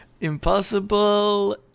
Impossible